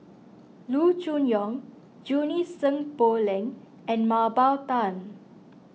Loo Choon Yong Junie Sng Poh Leng and Mah Bow Tan